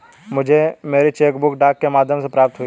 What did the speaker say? मुझे मेरी cheque book डाक के माध्यम से प्राप्त हुई है